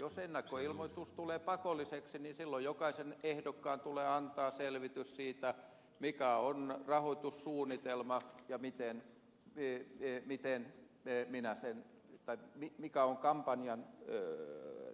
jos ennakkoilmoitus tulee pakolliseksi niin silloin jokaisen ehdokkaan tulee antaa selvitys siitä mikä on rahoitussuunnitelma levitteen viettelevitte terminä se kaikki mikä on kampanjan